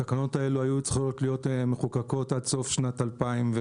התקנות האלה היו צריכות להיות מחוקקות עד סוף שנת 2017,